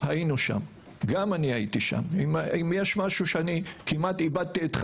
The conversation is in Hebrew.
אם אני יכול רק, נמצאת איתנו